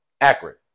Accurate